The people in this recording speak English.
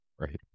Right